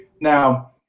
Now